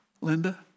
Linda